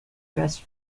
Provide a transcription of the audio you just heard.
best